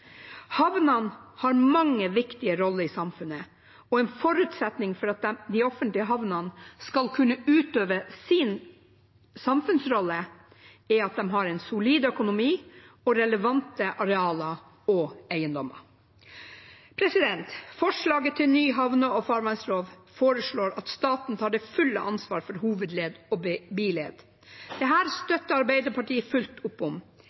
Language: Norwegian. Havnene har mange viktige roller i samfunnet, og en forutsetning for at de offentlige havnene skal kunne utøve sin samfunnsrolle, er at de har en solid økonomi og relevante arealer og eiendommer. Forslaget til ny havne- og farvannslov foreslår at staten har det fulle ansvar for hovedled og biled. Dette støtter Arbeiderpartiet fullt opp om.